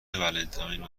ولنتاین